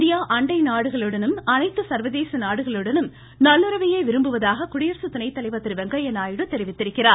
India அண்டை நாடுகளுடனும் அனைத்து சர்வதேச நாடுகளுடன் நல்லுறவையே விரும்புவதாக குடியரசு துணை தலைவர் திரு வெங்கையா நாயுடு தெரிவித்திருக்கிறார்